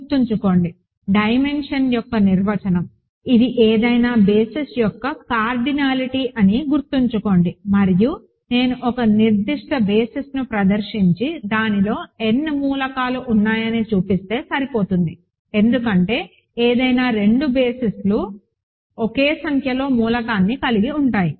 గుర్తుంచుకోండి డైమెన్షన్ యొక్క నిర్వచనం ఇది ఏదైనా బేసిస్ యొక్క కార్డినాలిటీ అని గుర్తుంచుకోండి మరియు నేను ఒక నిర్దిష్ట బేసిస్ను ప్రదర్శించి దానిలో n మూలకాలు ఉన్నాయని చూపిస్తే సరిపోతుంది ఎందుకంటే ఏదైనా రెండు బేసిస్లు ఒకే సంఖ్యలో మూలకాలను కలిగి ఉంటాయి